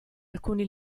alcuni